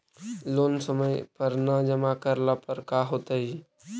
Loan समय पर न जमा करला पर का होतइ?